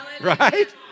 right